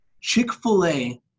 Chick-fil-A